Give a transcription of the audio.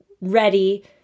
ready